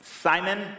Simon